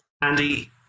Andy